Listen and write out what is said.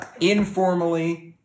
informally